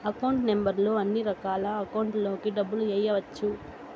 account number తో అన్నిరకాల అకౌంట్లలోకి డబ్బులు ఎయ్యవచ్చు